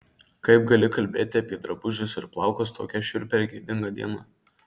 kaip gali kalbėti apie drabužius ir plaukus tokią šiurpią ir gėdingą dieną